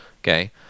Okay